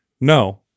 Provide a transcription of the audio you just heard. No